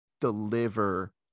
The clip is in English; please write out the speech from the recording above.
deliver